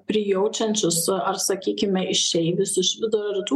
prijaučiančius ar sakykime išeivius iš vidurio rytų